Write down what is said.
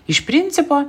iš principo